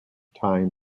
time